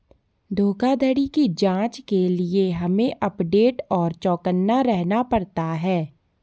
धोखाधड़ी की जांच के लिए हमे अपडेट और चौकन्ना रहना पड़ता है